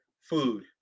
food